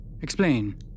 Explain